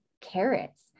carrots